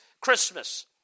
Christmas